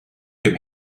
dem